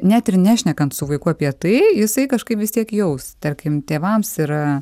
net ir nešnekant su vaiku apie tai jisai kažkaip vis tiek jaus tarkim tėvams yra